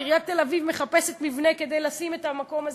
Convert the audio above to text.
ועיריית תל-אביב מחפשת מבנה כדי לשים את המקום הזה.